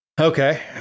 Okay